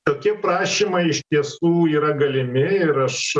tokie prašymai iš tiesų yra galimi ir aš